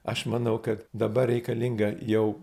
aš manau kad dabar reikalinga jau